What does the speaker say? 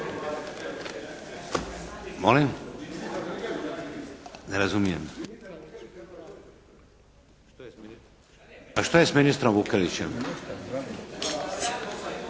Molim? Ne razumijem. A što je s ministrom Vukelićem?